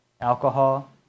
alcohol